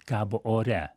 kabo ore